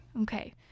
Okay